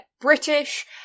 British